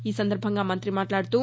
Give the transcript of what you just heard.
ఈ సందర్బంగా మంతి మాట్లాడుతూ